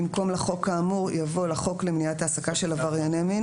במקום "לחוק האמור" יבוא "לחוק למניעת העסקה של עברייני מין,